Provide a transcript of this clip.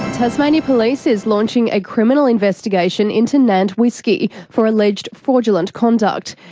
tasmania police is launching a criminal investigation into nant whiskey for alleged fraudulent conduct.